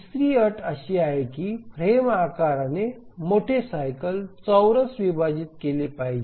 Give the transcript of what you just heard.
तिसरी अट अशी आहे की फ्रेम आकाराने मोठे सायकल चौरस विभाजित केले पाहिजे